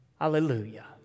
Hallelujah